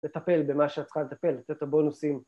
לטפל במה שאת צריכה לטפל, לתת בונוסים.